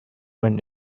when